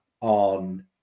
on